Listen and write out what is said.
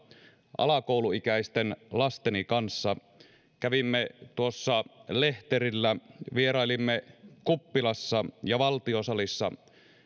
alakouluikäisten lasteni kanssa kävimme tuossa lehterillä vierailimme kuppilassa ja valtiosalissa